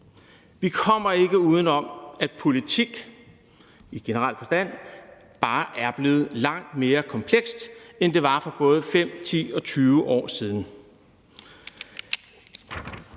Vi kommer ikke uden om, at politik i generel forstand bare er blevet langt mere komplekst, end det var for både 5, 10 og 20 år siden.